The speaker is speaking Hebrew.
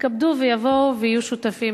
יתכבדו ויבואו ויהיו שותפים.